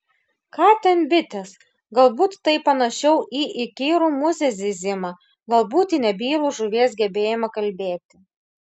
ką ten bitės galbūt tai panašiau į įkyrų musės zyzimą galbūt į nebylų žuvies gebėjimą kalbėti